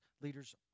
leaders